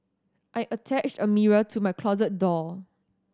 I attached a mirror to my closet door